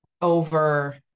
Over